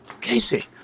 Casey